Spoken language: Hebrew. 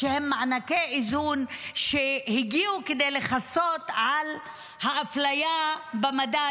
שהם מענקי איזון שהגיעו כדי לכסות על האפליה במדד